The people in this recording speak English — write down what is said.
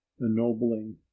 ennobling